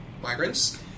migrants